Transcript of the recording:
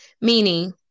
Meaning